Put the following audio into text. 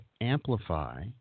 amplify